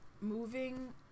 moving